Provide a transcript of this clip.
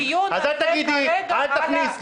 הדיון כרגע הוא בית ספר של החגים.